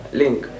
link